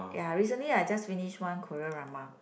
ya recently I just finished one Korea drama